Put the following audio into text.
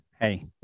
Hey